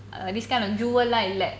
err this kind of jewel லாம் இல்ல:laam illa